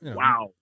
wow